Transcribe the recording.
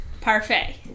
Parfait